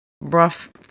rough